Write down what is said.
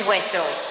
Whistle